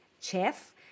chef